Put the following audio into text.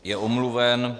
Je omluven.